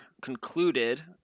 concluded